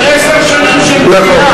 אחרי עשר שנים של דחייה.